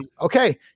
okay